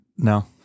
No